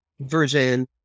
version